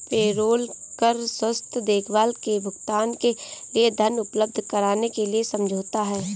payroll कर स्वास्थ्य देखभाल के भुगतान के लिए धन उपलब्ध कराने के लिए समझौता है